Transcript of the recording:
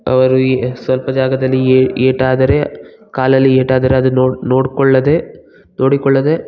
ಅವರು ಈ ಸ್ವಲ್ಪ ಜಾಗದಲ್ಲಿ ಏಟಾದರೆ ಕಾಲಲ್ಲಿ ಏಟಾದರೆ ಅದನ್ನ ನೋಡಿಕೊಳ್ಳದೆ ನೋಡಿಕೊಳ್ಳದೆ